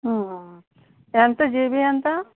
ఎంత జీబీ ఎంత